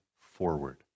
forward